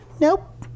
nope